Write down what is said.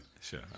Sure